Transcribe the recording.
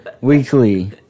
weekly